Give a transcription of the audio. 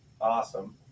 awesome